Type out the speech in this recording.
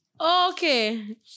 Okay